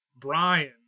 Brian